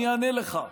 אני אענה לך.